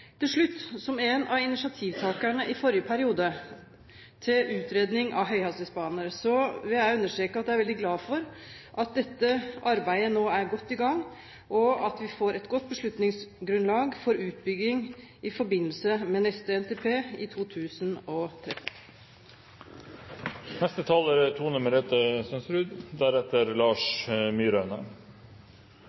Til slutt: Som en av initiativtakerne i forrige periode til utredning av høyhastighetsbaner vil jeg understreke at jeg er veldig glad for at dette arbeidet nå er godt i gang, og at vi får et godt beslutningsgrunnlag for utbygging i forbindelse med neste NTP i 2013.